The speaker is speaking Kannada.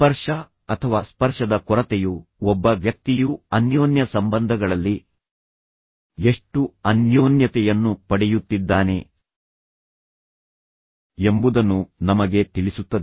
ಸ್ಪರ್ಶ ಅಥವಾ ಸ್ಪರ್ಶದ ಕೊರತೆಯು ಒಬ್ಬ ವ್ಯಕ್ತಿಯು ಅನ್ಯೋನ್ಯ ಸಂಬಂಧಗಳಲ್ಲಿ ಎಷ್ಟು ಅನ್ಯೋನ್ಯತೆಯನ್ನು ಪಡೆಯುತ್ತಿದ್ದಾನೆ ಎಂಬುದನ್ನು ನಮಗೆ ತಿಳಿಸುತ್ತದೆ